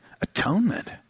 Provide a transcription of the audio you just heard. Atonement